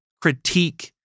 critique